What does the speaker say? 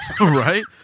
right